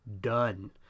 done